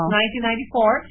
1994